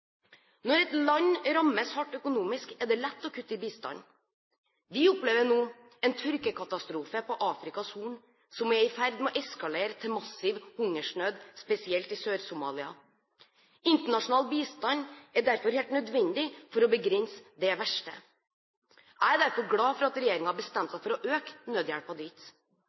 Når et land rammes hardt økonomisk, er det lett å kutte i bistand. Vi opplever nå en tørkekatastrofe på Afrikas Horn som er i ferd med å eskalere til massiv hungersnød, spesielt i Sør-Somalia. Internasjonal bistand er derfor helt nødvendig for å begrense det verste. Jeg er derfor glad for at regjeringen har bestemt seg for å øke nødhjelpen dit,